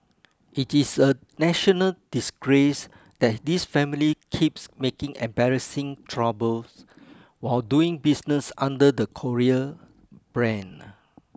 it is a national disgrace that this family keeps making embarrassing troubles while doing business under the Korea brand